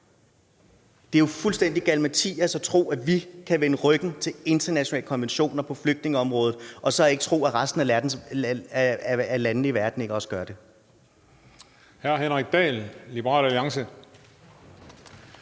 Det er jo fuldstændig galimatias at tro, at vi kan vende ryggen til internationale konventioner på flygtningeområdet og så tro, at resten af verdens lande ikke også gør det.